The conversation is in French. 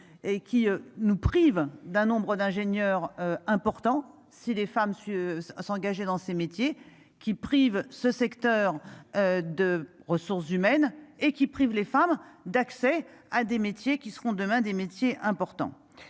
qui nous prive d'un nombre d'ingénieurs important si les femmes si à s'engager dans ces métiers qui prive ce secteur. De ressources humaines et qui prive les femmes d'accès à des métiers qui seront demain des métiers importants.